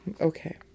Okay